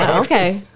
Okay